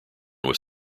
was